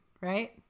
right